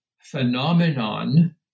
phenomenon